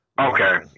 Okay